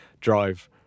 drive